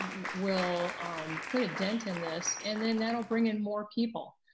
will put a dent in this and then that'll bring in more people.